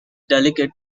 delicate